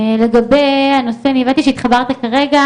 לדברים שנאמרו פה מבחינה תקציבית.